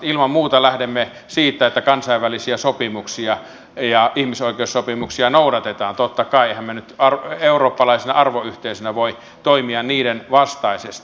ilman muuta lähdemme siitä että kansainvälisiä sopimuksia ja ihmisoikeussopimuksia noudatetaan totta kai emmehän me nyt eurooppalaisena arvoyhteisönä voi toimia niiden vastaisesti